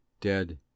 dead